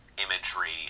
imagery